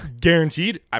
guaranteed